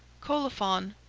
colophon,